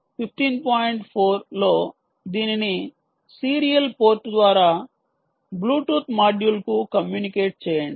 4 లో దీనిని serial port ద్వారా బ్లూటూత్ మాడ్యూల్ కు కమ్యూనికేట్ చేయండి